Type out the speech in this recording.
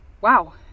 Wow